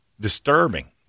Disturbing